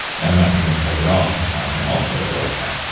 and not picking on craig at all i'm also a white guy.